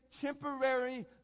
temporary